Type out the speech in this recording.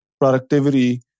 productivity